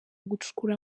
gucukura